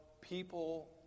people